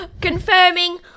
Confirming